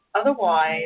Otherwise